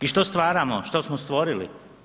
I što stvaramo, što smo stvorili?